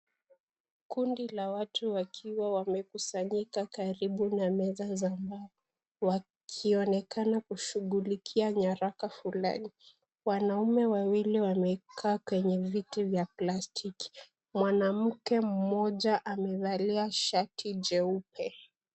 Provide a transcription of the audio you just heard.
Kundi la watu wakiwa wamekusanyika karibu na meza za mbao, wakionekana kushughulikia nyaraka fulani. Wanaume wawili wamekaa kwenye viti vya plastiki, na mwanamke mmoja amevalia shati jeupe.